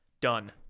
Done